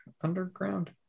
underground